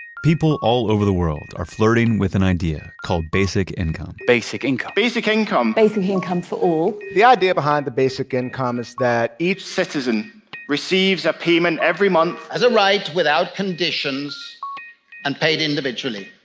people all over the world are flirting with an idea called basic income. basic income. basic income basic income for all. the idea behind the basic income is that, each citizen receives a payment every month, as a right without conditions and paid individually.